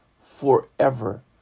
forever